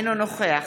אינו נוכח